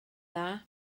dda